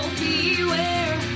beware